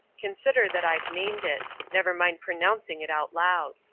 consider that i've named it never mind pronouncing it out aloud.